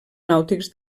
nàutics